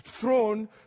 throne